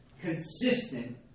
consistent